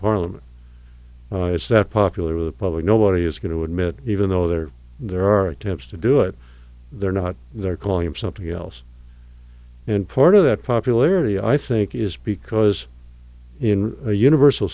parliament it's that popular with the public nobody is going to admit even though there are there are attempts to do it they're not they're calling him something else and part of that popularity i think is because in a universal